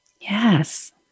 Yes